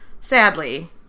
sadly